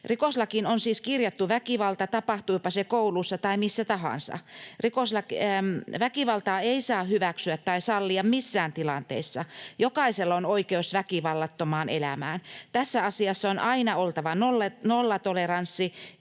Rikoslakiin on siis kirjattu väkivalta, tapahtuipa se koulussa tai missä tahansa. Väkivaltaa ei saa hyväksyä tai sallia missään tilanteessa. Jokaisella on oikeus väkivallattomaan elämään. Tässä asiassa on aina oltava nollatoleranssi,